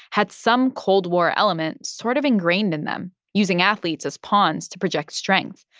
had some cold war elements sort of ingrained in them, using athletes as pawns to project strength,